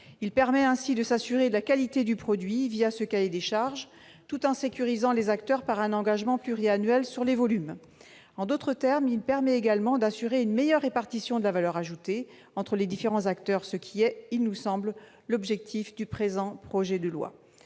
Ils permettent ainsi de s'assurer de la qualité du produit, ce cahier des charges, tout en sécurisant les acteurs par un engagement pluriannuel sur les volumes. En d'autres termes, ce type de contrat permet également d'assurer une meilleure répartition de la valeur ajoutée entre les différents acteurs, ce qui est- nous semble-t-il -l'objectif du présent projet de loi.